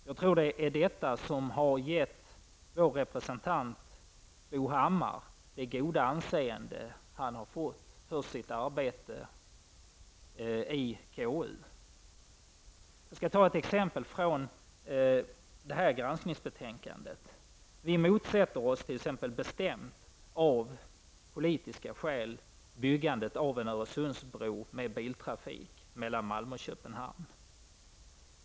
Jag tror att det är detta som har gett vår representant Bo Hammar det goda anseende som han har fått för sitt arbete i konstitutionsutskottet. Jag skall ta ett exempel från det här granskningsbetänkandet. Vi motsätter oss t.ex. bestämt av politiska skäl byggandet av en Öresundsbro för biltrafik mellan Malmö och Köpenhamn.